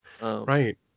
Right